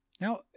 Now